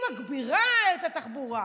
היא מתגברת את התחבורה,